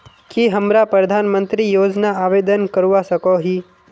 की हमरा प्रधानमंत्री योजना आवेदन करवा सकोही?